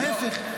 ההיפך.